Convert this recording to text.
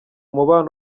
mubano